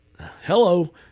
hello